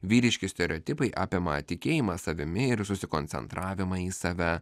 vyriški stereotipai apima tikėjimą savimi ir susikoncentravimą į save